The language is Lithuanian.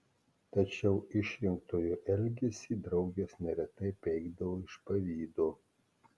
tačiau išrinktojo elgesį draugės neretai peikdavo iš pavydo